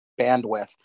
bandwidth